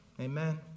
Amen